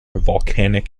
volcanic